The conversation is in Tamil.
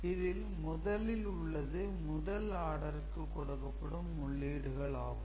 இதில் முதலில் உள்ளது முதல் ஆடருக்கு கொடுக்கப்படும் உள்ளீடுகள் ஆகும்